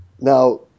now